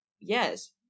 yes